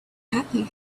happy